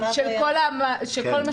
של כל מה שדיברנו?